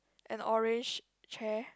an orange chair